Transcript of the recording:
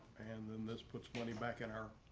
and then this puts money back in our